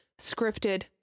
scripted